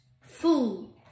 food